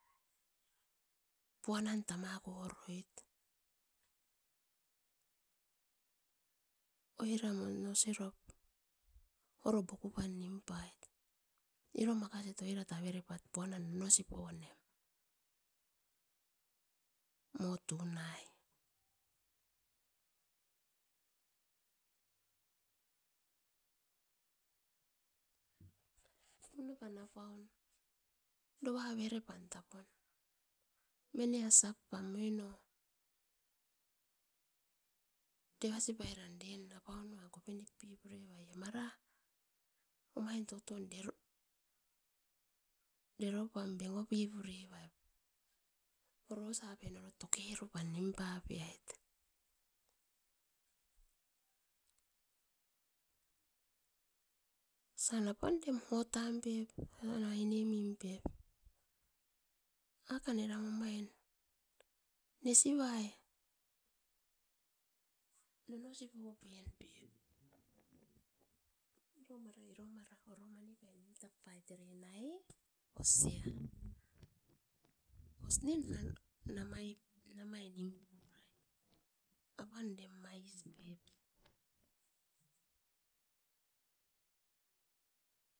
Pua nan tama koroit oiran moino osirop oro boku pam nim pait, iro makasit oirat ave repat puanan nono sipo nem. Mo tunai tuna pan apaun dova avere pan tapun. Mine asap pam deva sipai ran eren apaun nuan kopinip pure vaie mara omain toton deko pam bengo pipu revait oros apen oro tuke pam nim pape ait. Osan apan orem motam pep aine min pep, akan eram omain nesi vai nono sipo pen pep. Iro mara iro mara oro mani pai nimu tap paitai osia, os ne nanga namai nim purai, apanda mas pep.